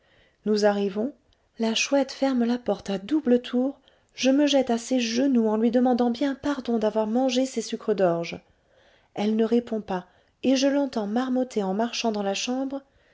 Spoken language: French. nous arrivons la chouette ferme la porte à double tour je me jette à ses genoux en lui demandant bien pardon d'avoir mangé ses sucres d'orge elle ne répond pas et je l'entends marmotter en marchant dans la chambre